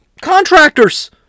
contractors